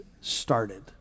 started